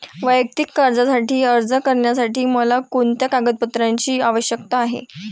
वैयक्तिक कर्जासाठी अर्ज करण्यासाठी मला कोणत्या कागदपत्रांची आवश्यकता आहे?